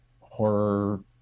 horror